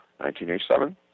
1987